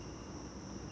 okay